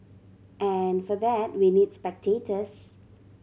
and for that we need spectators